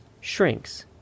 shrinks